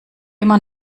immer